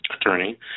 attorney